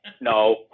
no